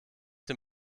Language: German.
dem